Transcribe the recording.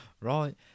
right